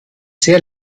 sehr